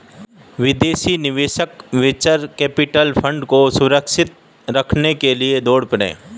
विदेशी निवेशक venture capital fund को सुरक्षित करने के लिए दौड़ पड़े हैं